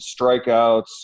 strikeouts